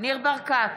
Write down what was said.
יעקב ליצמן,